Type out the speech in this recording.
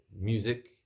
music